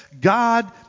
God